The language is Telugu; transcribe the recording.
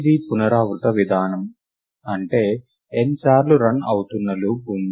ఇది పునరావృత విధానం అంటే n సార్లు రన్అవుతున్న లూప్ ఉంది